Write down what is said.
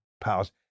powers